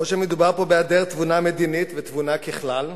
או שמדובר פה בהיעדר תבונה מדינית ותבונה ככלל,